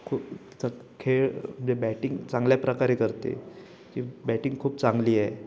खू च खेळ म्हणजे बॅटिंग चांगल्या प्रकारे करते की बॅटिंग खूप चांगली आहे